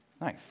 Nice